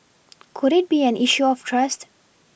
could it be an issue of trust